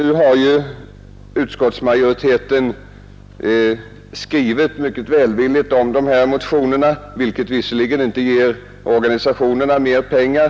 Utskottet har skrivit mycket välvilligt om dessa motioner, vilket dock inte ger organisationerna mera pengar.